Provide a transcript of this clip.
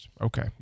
Okay